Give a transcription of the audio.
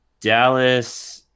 Dallas